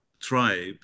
tribe